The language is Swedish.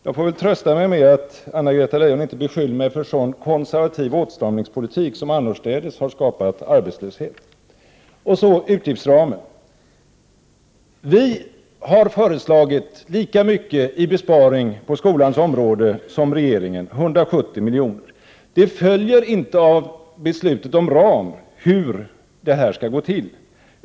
Jag får väl trösta mig med att Anna-Greta Leijon inte beskyller mig för att vilja föra en sådan konservativ åtstramningspolitik som annorstädes har skapat arbetslöshet. Så till utgiftsramen. Vi moderater har föreslagit lika mycket i besparing på skolans område som regeringen, 170 milj.kr. Hur detta skall gå till följer inte av beslutet om ram.